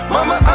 Mama